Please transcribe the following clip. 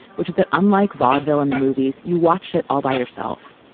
which is that unlike vaudeville and the movies, you watched it all by yourself.